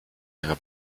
ihrer